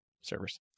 servers